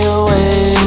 away